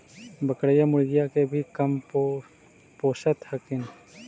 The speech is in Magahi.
बकरीया, मुर्गीया के भी कमपोसत हखिन?